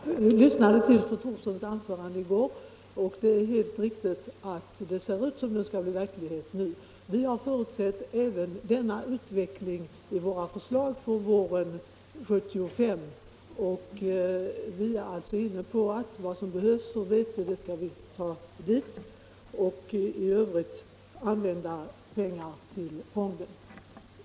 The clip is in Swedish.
Herr talman! Jag lyssnade på fru Thorssons anförande i går och instämmer i att det ser ut som om fonden nu skulle bli verklighet. Vi har emellertid förutsatt även den utvecklingen i våra förslag till riksdagen i vår, och vi är nu inne på att de pengar som behövs för veteköpet skall vi också ställa till förfogande, och i övrigt skall pengarna gå till fonden.